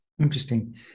Interesting